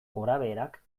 gorabeherak